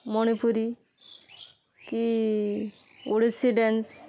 ମଣିପୁରୀ କି ଓଡ଼ିଶୀ ଡ୍ୟାନ୍ସ